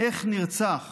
איך נרצח